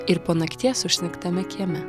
ir po nakties užsnigtame kieme